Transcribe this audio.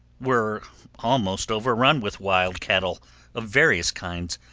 were almost overrun with wild cattle of various kinds,